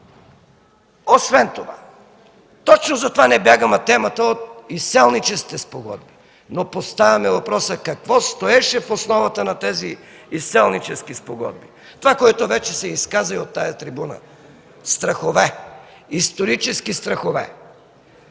народност”. Точно затова не бягаме от темата за изселническите спогодби, но поставяме въпроса какво стоеше в основата на тези изселнически спогодби – това, което вече се изказа и от тази трибуна, страхове, исторически страхове,